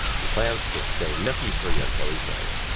he plans to stay nookie free until he's married